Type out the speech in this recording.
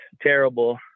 terrible